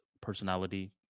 personality